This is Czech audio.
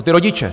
O ty rodiče.